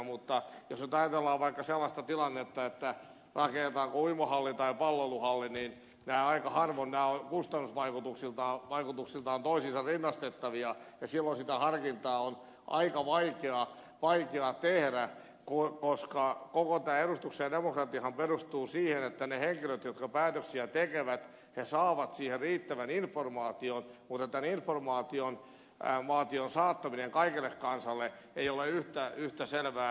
mutta jos nyt ajatellaan vaikka sellaista tilannetta rakennetaanko uimahalli vai palloiluhalli niin aika harvoin nämä ovat kustannusvaikutuksiltaan toisiinsa rinnastettavia ja silloin sitä harkintaa on aika vaikea tehdä koska koko tämä edustuksellinen demokratiahan perustuu siihen että ne henkilöt jotka päätöksiä tekevät saavat siihen riittävän informaation mutta tämän informaation saattaminen kaikelle kansalle ei ole yhtä selvää